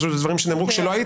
אלה דברים שנאמרו כשלא היית,